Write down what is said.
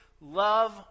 love